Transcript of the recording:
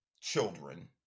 children